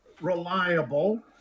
reliable